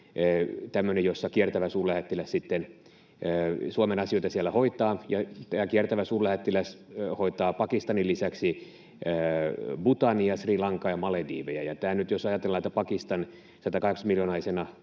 tämmöinen, jossa kiertävä suurlähettiläs Suomen asioita hoitaa. Tämä kiertävä suurlähettiläs hoitaa Pakistanin lisäksi Bhutania, Sri Lankaa ja Malediiveja. Ja nyt, jos ajatellaan, että Pakistan 180-miljoonaisena